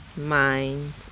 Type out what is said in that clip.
mind